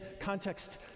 context